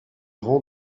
rangs